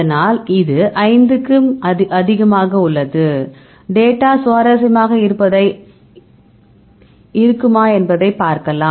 அதனால் இது 5 க்கும் அதிகமாக உள்ளது டேட்டா சுவாரஸ்யமாக இருக்குமா என்பதை பார்க்கலாம்